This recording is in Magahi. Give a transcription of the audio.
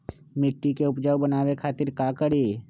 मिट्टी के उपजाऊ बनावे खातिर का करी?